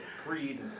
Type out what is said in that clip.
Creed